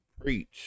preach